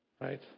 right